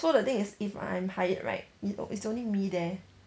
so the thing is if I'm hired right it it's only me there